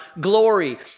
glory